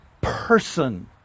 person